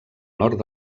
nord